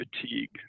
fatigue